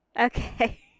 okay